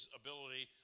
ability